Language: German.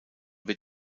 wird